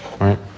right